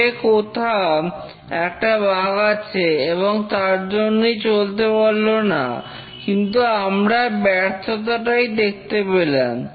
code এ কোথাও একটা বাগ আছে এবং তার জন্যই চলতে পারল না কিন্তু আমরা ব্যর্থতাটাই দেখতে পেলাম